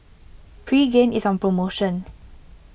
Pregain is on promotion